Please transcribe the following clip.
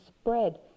spread